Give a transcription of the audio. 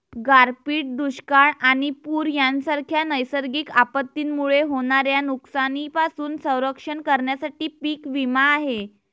गारपीट, दुष्काळ आणि पूर यांसारख्या नैसर्गिक आपत्तींमुळे होणाऱ्या नुकसानीपासून संरक्षण करण्यासाठी पीक विमा आहे